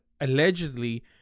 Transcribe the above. allegedly